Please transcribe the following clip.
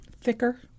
thicker